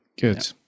good